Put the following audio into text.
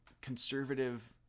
conservative